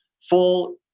full